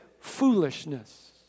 foolishness